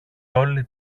όλη